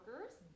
workers